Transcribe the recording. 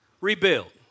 rebuild